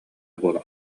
буолан